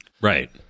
right